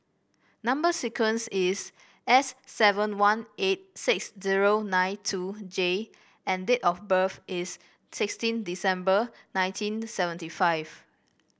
number sequence is S seven one eight six zero nine two J and date of birth is sixteen December nineteen seventy five